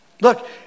Look